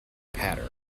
pattern